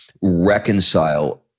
reconcile